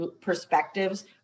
perspectives